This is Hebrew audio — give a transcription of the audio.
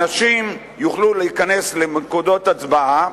אנשים יוכלו להיכנס לנקודות הצבעה,